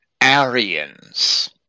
Arians